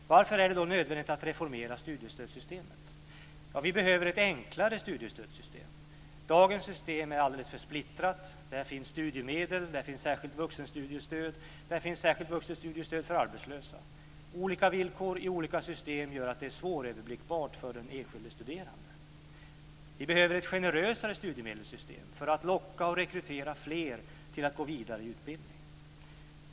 Varför är det då nödvändigt att reformera studiestödssystemet? Vi behöver ett enklare studiestödssystem. Dagens system är alldeles för splittrat. Det finns studiemedel, särskilt vuxenstudiestöd och särskilt vuxenstudiestöd för arbetslösa. Olika villkor i olika delar av systemet gör att det blir svåröverblickbart för den enskilde studerande. Vi behöver ett generösare studiemedelssystem för att locka och rekrytera fler till att gå vidare i utbildning.